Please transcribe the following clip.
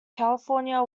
california